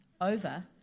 over